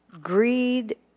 greed